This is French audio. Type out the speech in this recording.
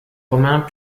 romains